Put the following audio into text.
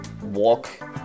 walk